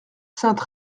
sainte